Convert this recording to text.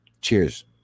Cheers